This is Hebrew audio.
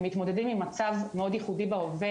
הם מתמודדים עם מצב מאוד ייחודי בהווה